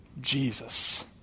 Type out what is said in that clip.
Jesus